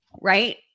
right